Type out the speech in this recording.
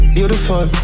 Beautiful